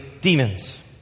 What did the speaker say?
demons